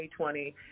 2020